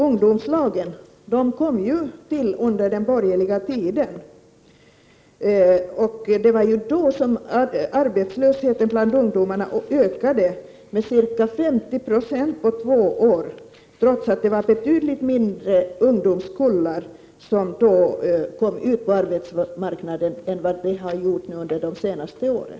Ungdomslagen kom till under den borgerliga regeringstiden. Det var ju då som arbetslösheten bland ungdomarna ökade med ca 50 96 på två år, trots att det då var betydligt mindre ungdomskullar som kom ut på arbetsmarknaden än vad det har gjort under de senaste åren.